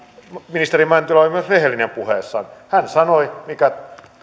ministeri mäntylä oli myös rehellinen puheessaan hän sanoi mikä